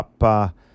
up